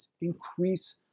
Increase